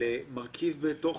למרכיב בתוך